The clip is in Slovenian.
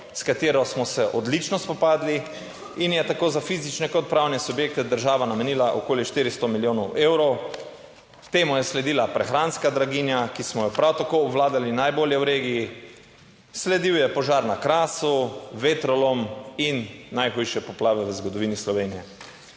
s katero smo se odlično spopadli in je tako za fizične kot pravne subjekte država namenila okoli 400 milijonov evrov. Temu je sledila prehranska draginja, ki smo jo prav tako obvladali najbolje v regiji, sledil je požar na Krasu, vetrolom in najhujše poplave v zgodovini Slovenije.